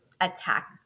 attack